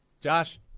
Josh